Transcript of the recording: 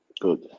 Good